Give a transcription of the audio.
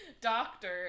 doctor